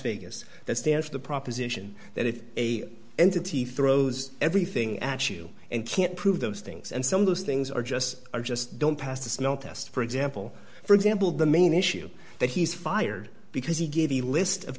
vegas that stands for the proposition that if a entity throws everything at you and can't prove those things and some of those things are just or just don't pass the smell test for example for example the main issue that he's fired because he gave a list of